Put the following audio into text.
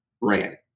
ran